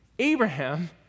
Abraham